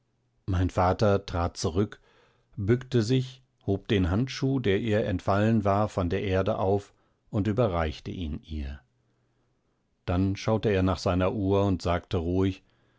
mein vater trat zurück bückte sich hob den handschuh der ihr entfallen war von der erde auf und überreichte ihn ihr dann schaute er nach seiner uhr und sagte ruhig